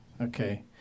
Okay